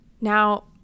Now